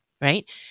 right